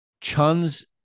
Chun's